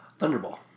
Thunderball